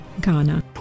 Ghana